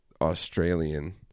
Australian